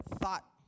thought